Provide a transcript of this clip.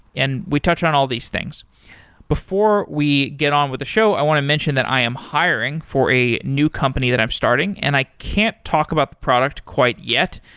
and we touched on all these things before we get on with the show, i want to mention that i am hiring for a new company that i'm starting and i can't talk about the product quite yet.